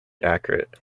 accurate